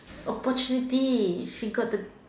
opportunities she got the